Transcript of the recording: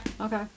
okay